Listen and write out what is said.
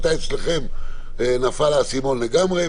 מתי אצלכם נפל האסימון לגמרי,